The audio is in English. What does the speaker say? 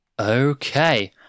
Okay